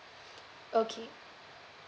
okay